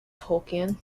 tolkien